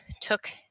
took